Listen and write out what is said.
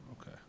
okay